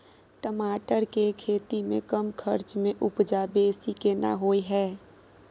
टमाटर के खेती में कम खर्च में उपजा बेसी केना होय है?